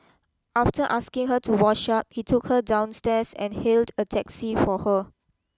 after asking her to wash up he took her downstairs and hailed a taxi for her